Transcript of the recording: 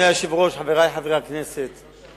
כשאתה